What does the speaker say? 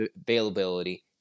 availability